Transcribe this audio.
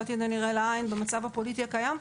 בעתיד הנראה לעין במצב הפוליטי הקיים,